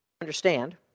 understand